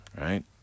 Right